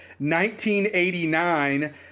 1989